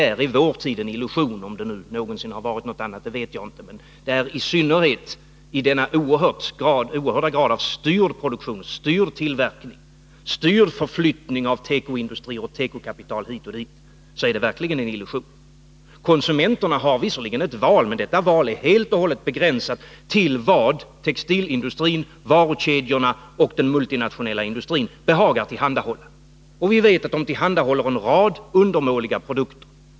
Jag vet inte om det någonsin varit på det sättet, men det är i vår tid i varje fall en illusion. Vi har en i oerhört hög grad styrd produktion, styrd tillverkning, styrd förflyttning av tekoindustri och tekokapital hit och dit. Konsumenternas fria val är verkligen en illusion. Konsumenterna har visserligen ett val, men detta är helt och hållet begränsat till vad textilindustrin, varukedjorna och den multinationella industrin behagar tillhandahålla. Vi vet att de tillhandahåller en rad undermåliga produkter.